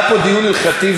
היה דיון הלכתי,